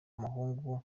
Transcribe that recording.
umuhungu